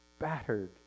battered